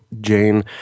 Jane